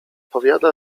powiada